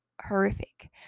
horrific